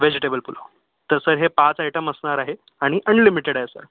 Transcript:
vegetable pulao तसं हे पाच आयटम असणार आहे आणि अनलिमिटेड आहे सर